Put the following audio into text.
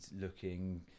looking